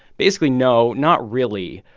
basically, no, not really.